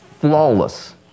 flawless